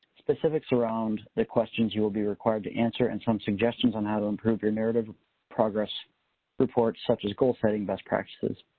specifics around the questions you will be required to answer and some suggestions on how to improve your narrative progress reports such as goal setting best practices.